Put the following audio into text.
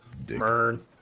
Burn